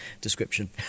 description